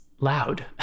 loud